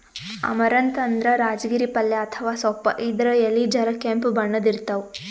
amaranth ಅಂದ್ರ ರಾಜಗಿರಿ ಪಲ್ಯ ಅಥವಾ ಸೊಪ್ಪ್ ಇದ್ರ್ ಎಲಿ ಜರ ಕೆಂಪ್ ಬಣ್ಣದ್ ಇರ್ತವ್